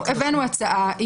הבאנו הצעה.